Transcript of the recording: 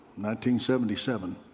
1977